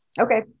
Okay